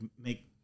make